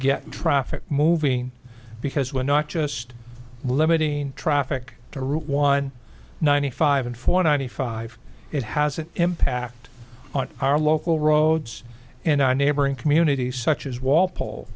get traffic moving because we're not just limiting traffic to route one ninety five and four ninety five it has an impact on our local roads in our neighboring communities such as walpol